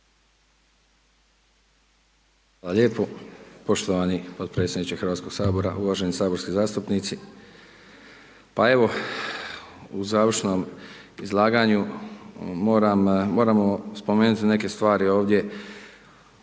Hvala lijepo, poštovani potpredsjedniče Hrvatskoga sabora, uvaženi saborski zastupnici. Pa evo, u završnom izlaganju moramo spomenuti neke stvari ovdje